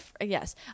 Yes